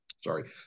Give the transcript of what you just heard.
sorry